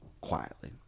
quietly